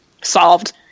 solved